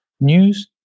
News